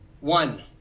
one